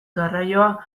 garraioa